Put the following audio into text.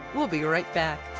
we'll be right back.